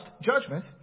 judgment